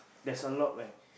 that's a lot leh